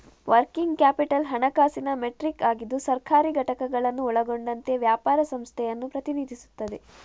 working capital ಹಣಕಾಸಿನ metric ಆಗಿದ್ದು ಸರ್ಕಾರಿ ಘಟಕಗಳನ್ನು ಒಳಗೊಂಡಂತೆ ವ್ಯಾಪಾರ ಸಂಸ್ಥೆಯನ್ನು ಪ್ರತಿನಿಧಿಸುತ್ತದೆ